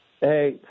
Hey